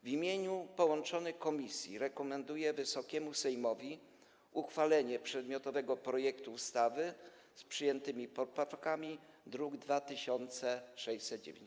W imieniu połączonych komisji rekomenduję Wysokiemu Sejmowi uchwalenie przedmiotowego projektu ustawy z przyjętymi poprawkami, druk nr 2609.